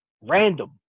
random